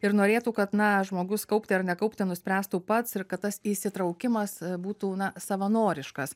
ir norėtų kad na žmogus kaupti ar nekaupti nuspręstų pats ir kad tas įsitraukimas būtų na savanoriškas